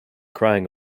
crying